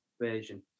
version